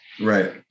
Right